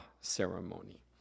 ceremony